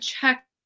check